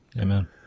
Amen